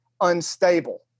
unstable